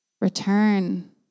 Return